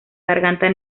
garganta